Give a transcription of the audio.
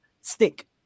stick